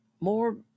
More